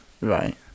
Right